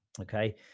Okay